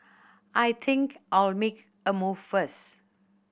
I think I'll make a move first